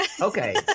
Okay